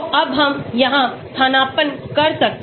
तो अब हम यहाँ स्थानापन्न कर सकते हैं